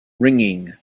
ringing